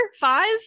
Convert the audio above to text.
five